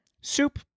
soup